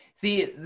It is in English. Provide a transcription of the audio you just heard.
See